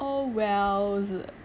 oh well